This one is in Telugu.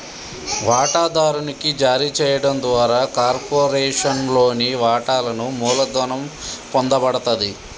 వాటాదారునికి జారీ చేయడం ద్వారా కార్పొరేషన్లోని వాటాలను మూలధనం పొందబడతది